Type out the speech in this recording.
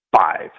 Five